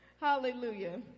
Hallelujah